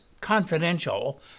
confidential